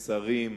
שרים,